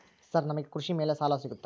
Sir ನಮಗೆ ಕೃಷಿ ಮೇಲೆ ಸಾಲ ಸಿಗುತ್ತಾ?